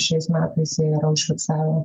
šiais metais jie yra užfiksavę